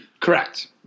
Correct